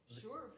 sure